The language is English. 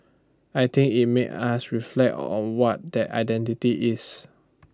I think IT made us reflect on what that identity is